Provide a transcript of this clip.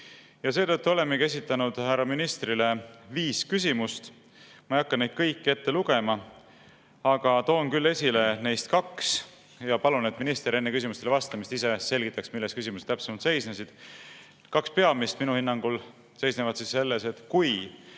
saama. Seetõttu olemegi esitanud härra ministrile viis küsimust. Ma ei hakka neid kõiki ette lugema, aga toon esile neist kaks ja palun, et minister enne küsimustele vastamist ise selgitaks, milles küsimused täpsemalt seisnevad. Kaks peamist minu hinnangul seisnevad selles, et kui